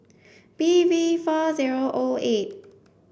B V four zero O eight